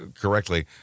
correctly